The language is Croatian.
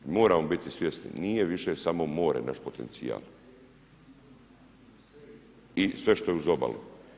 Moramo biti svjesni, nije više samo more naš potencijal i sve što je uz obalu.